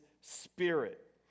spirit